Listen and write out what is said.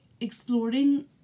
exploring